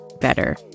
better